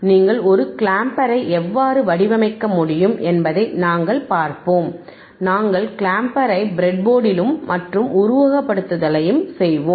நீங்கள் ஒரு கிளாம்பர்ரை எவ்வாறு வடிவமைக்க முடியும் என்பதை நாங்கள் பார்ப்போம் நாங்கள் கிளாம்பர்ரை ப்ரெட்போர்டிலும் மற்றும் உருவகப்படுத்துதலைச் செய்வோம்